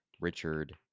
Richard